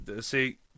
see